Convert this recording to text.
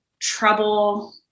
trouble